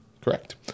Correct